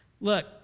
look